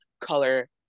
color